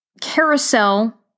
carousel